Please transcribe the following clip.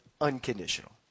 unconditional